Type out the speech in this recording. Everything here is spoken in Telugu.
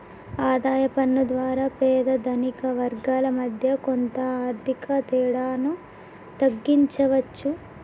ఆదాయ పన్ను ద్వారా పేద ధనిక వర్గాల మధ్య కొంత ఆర్థిక తేడాను తగ్గించవచ్చు